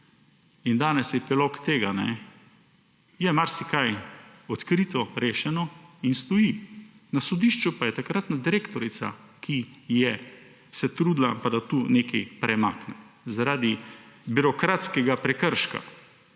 Danes je epilog tega, da je marsikaj odkrito, rešeno in stoji. Na sodišču pa je takratna direktorica, ki se je trudila, da tu nekaj premakne – zaradi birokratskega prekrška.